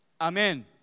Amen